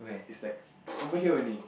it's like it's over here only